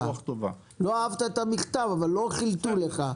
לא אהבת את המכתב, אבל לא חילטו לך.